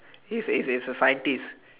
he's a he's a scientist